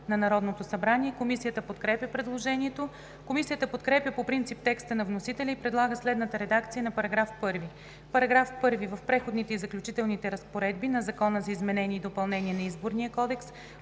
на Народното събрание. Комисията подкрепя предложението. Комисията подкрепя по принцип текста на вносителя и предлага следната редакция на § 1: „§ 1. В Преходните и заключителните разпоредби на Закона за изменение и допълнение на Изборния кодекс